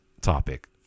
topic